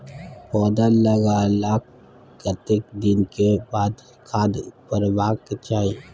पौधा लागलाक कतेक दिन के बाद खाद परबाक चाही?